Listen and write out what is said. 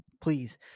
please